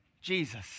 Jesus